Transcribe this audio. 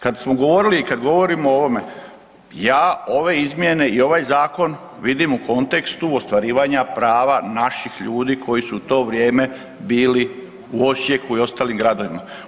Kad smo govorili i kad govorimo o ovome, ja ove izmjene i ovaj zakon, vidim u kontekstu ostvarivanja prava naših ljudi koji su to vrijeme bili u Osijeku i ostalim gradovima.